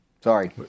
Sorry